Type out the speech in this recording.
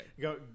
Go